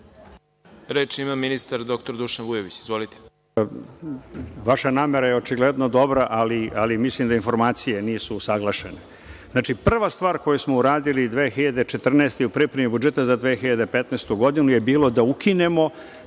Reč ima ministar dr Dušan Vujović. **Dušan Vujović** Vaša namera je očigledno dobra, ali mislim da informacije nisu usaglašene. Prva stvar koju smo uradili 2014. godine i u pripremi budžeta za 2015. godinu je bilo da ukinemo